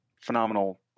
phenomenal